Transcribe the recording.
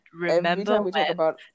remember